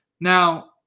Now